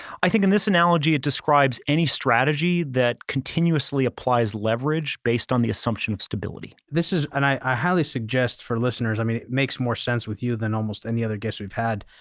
i think in this analogy it describes any strategy that continuously applies applies leverage based on the assumption of stability. this is, and i highly suggest for listeners, i mean, it makes more sense with you than almost any other guests we've had,